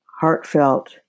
heartfelt